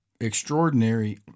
extraordinary